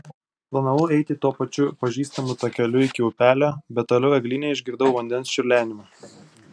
planavau eiti tuo pačiu pažįstamu takeliu iki upelio bet toliau eglyne išgirdau vandens čiurlenimą